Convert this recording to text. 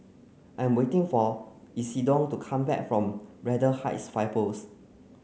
I'm waiting for Isidore to come back from Braddell Heights Fire Post